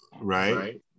Right